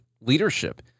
leadership